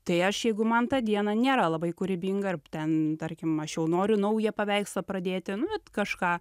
tai aš jeigu man ta diena nėra labai kūrybinga ten tarkim aš jau noriu naują paveikslą pradėti nu vat kažką